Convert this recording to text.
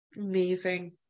amazing